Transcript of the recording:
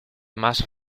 más